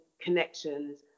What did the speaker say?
connections